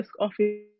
office